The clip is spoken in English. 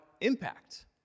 impact